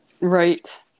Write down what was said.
Right